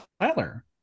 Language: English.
tyler